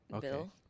Bill